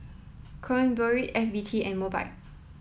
Kronenbourg F B T and Mobike